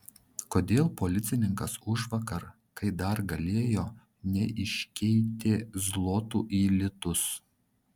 kodėl policininkas užvakar kai dar galėjo neiškeitė zlotų į litus